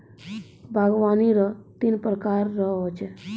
बागवानी रो तीन प्रकार रो हो छै